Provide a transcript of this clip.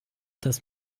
das